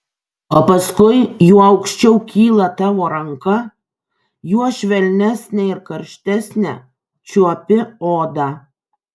o paskui juo aukščiau kyla tavo ranka juo švelnesnę ir karštesnę čiuopi odą